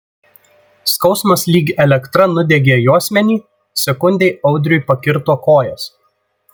skausmas lyg elektra nudiegė juosmenį sekundei audriui pakirto kojas